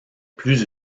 plus